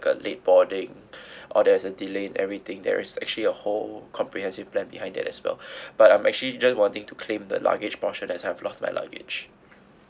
a late boarding or there's a delay in everything there's actually a whole comprehensive plan behind that as well but I'm actually just wanting to claim the luggage portion as I've lost my luggage